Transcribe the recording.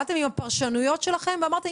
באתם עם הפרשנויות שלכם ואמרתם,